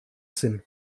sind